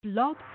Blog